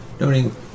noting